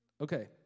Okay